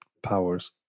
Powers